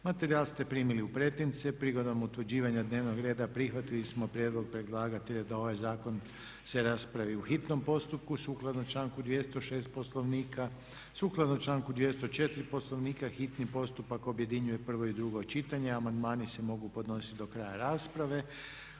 Materijal ste primili u pretince. Prigodom utvrđivanja dnevnog reda prihvatili smo prijedlog predlagatelja da se ovaj zakonski prijedlog raspravi u hitnom postupku sukladno članku 206. Poslovnika. Sukladno članku 204. Poslovnika hitni postupak objedinjuje prvo i drugo čitanje a amandmani se mogu podnositi do kraja rasprave